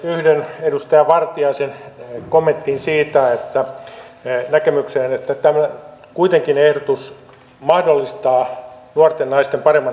yhdyn edustaja vartiaisen kommenttiin siitä näkemyksestä että kuitenkin ehdotus mahdollistaa nuorten naisten paremman työllistymisen